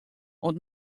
oant